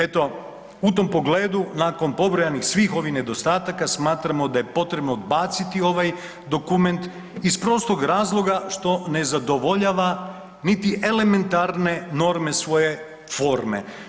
Eto, u tom pogledu nakon pobrojanih svih ovih nedostataka smatramo da je potrebno odbaciti ovaj dokument iz prostog razloga što ne zadovoljava niti elementarne norme svoje forme.